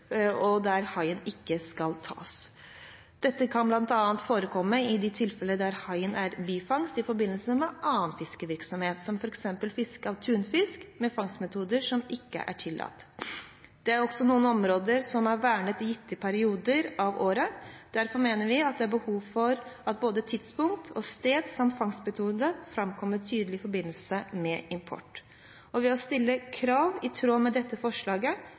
verneområder, der haien ikke skal tas. Dette kan bl.a. forekomme i de tilfeller der haien er bifangst i forbindelse med annen fiskerivirksomhet, som f.eks. fiske av tunfisk med fangstmetoder som ikke er tillatt. Det er også noen områder som er vernet i gitte perioder av året. Derfor mener vi det er behov for at både tidspunkt og sted samt fangstmetode framkommer tydelig i forbindelse med import. Ved å stille krav i tråd med dette forslaget